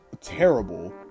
terrible